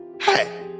Hey